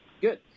good